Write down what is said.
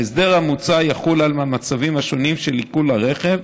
ההסדר המוצע יחול על המצבים השונים של עיקול הרכב,